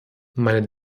meine